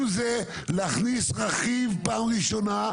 אם זה להכניס רכיב בפעם הראשונה,